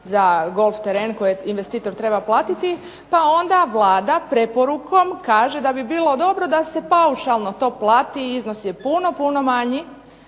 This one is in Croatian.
za golf terene koje investitor treba platiti, pa onda Vlada preporukom kaže da bi bilo dobro da se paušalno plati i iznos je puno, puno manji,